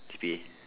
G_P_A